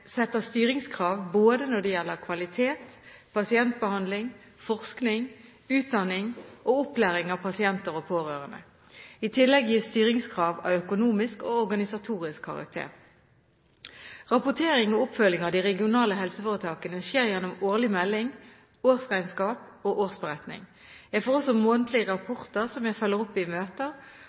styringskrav både når det gjelder kvalitet, pasientbehandling, forskning, utdanning og opplæring av pasienter og pårørende. I tillegg gis styringskrav av økonomisk og organisatorisk karakter. Rapportering og oppfølging av de regionale helseforetakene skjer gjennom årlig melding, årsregnskap og årsberetning. Jeg får også månedlige rapporter som jeg følger opp i